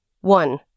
One